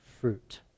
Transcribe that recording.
fruit